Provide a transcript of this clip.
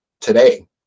today